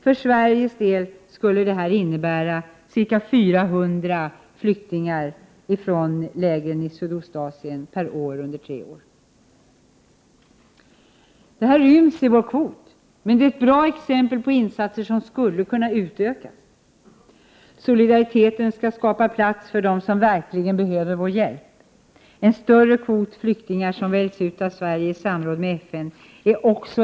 För Sveriges del skulle detta under en treårsperiod innebära ca 400 flyktingar per år från lägren i Sydostasien. Detta ryms i vår 1 Prot. 1988/89:125 kvot, men det är ett bra exempel på insatser som skulle kunna utökas. Solidariteten skall skapa plats för dem som verkligen behöver vår hjälp.